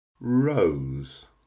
Rose